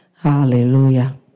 Hallelujah